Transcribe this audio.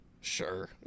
Sure